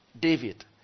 David